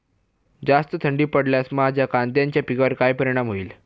जास्त थंडी पडल्यास माझ्या कांद्याच्या पिकावर काय परिणाम होईल?